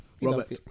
Robert